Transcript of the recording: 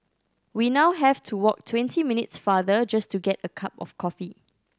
we now have to walk twenty minutes farther just to get a cup of coffee